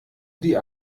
die